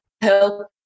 help